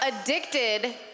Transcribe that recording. addicted